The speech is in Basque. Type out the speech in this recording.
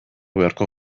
beharko